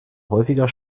häufiger